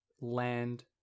land